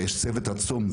יש צוות עצום.